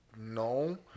No